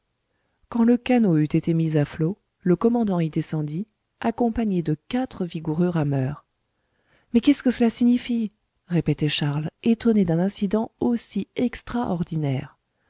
quand le canot eut été mis à flots le commandant y descendit accompagné de quatre vigoureux rameurs mais qu'est-ce que cela signifie répétait charles étonné d'un incident aussi extraordinaire